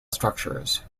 structures